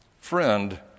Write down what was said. friend